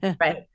right